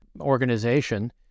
organization